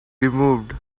removed